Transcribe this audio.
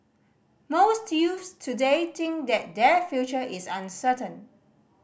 most youths today think that their future is uncertain